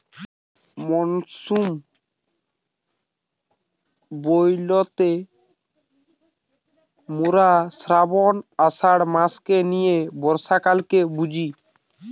monsoon বইলতে মোরা শ্রাবন, আষাঢ় মাস নিয়ে বর্ষাকালকে বুঝি